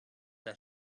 let